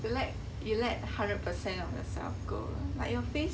like you let hundred percent of yourself go like your face